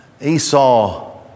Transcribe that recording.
Esau